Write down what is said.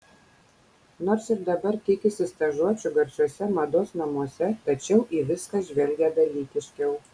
nors ir dabar tikisi stažuočių garsiuose mados namuose tačiau į viską žvelgia dalykiškiau